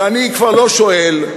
ואני כבר לא שואל,